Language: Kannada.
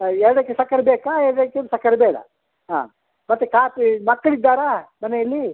ಎರಡಕ್ಕೆ ಸಕ್ಕರೆ ಬೇಕಾ ಎರಡಕ್ಕೆ ಸಕ್ಕರೆ ಬೇಡ ಹಾಂ ಮತ್ತು ಕಾಪಿ ಮಕ್ಕಳಿದ್ದಾರಾ ಮನೆಯಲ್ಲಿ